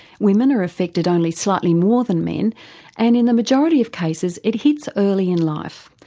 women are affected only slightly more than men and in the majority of cases it hits early in life.